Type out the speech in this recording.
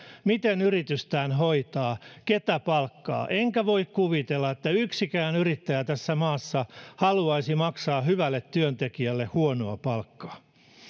miten yritystään hoitaa keitä palkkaa enkä voi kuvitella että yksikään yrittäjä tässä maassa haluaisi maksaa hyvälle työntekijälle huonoa palkkaa